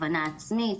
הכוונה עצמית,